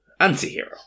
Anti-hero